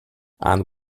and